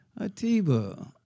Atiba